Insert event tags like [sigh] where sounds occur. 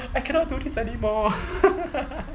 I cannot do this anymore [laughs]